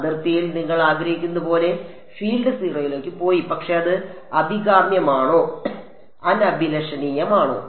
അതിർത്തിയിൽ നിങ്ങൾ ആഗ്രഹിച്ചതുപോലെ ഫീൽഡ് 0 ലേക്ക് പോയി പക്ഷേ അത് അഭികാമ്യമാണോ അനഭിലഷണീയമാണോ